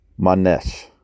Manesh